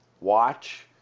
watch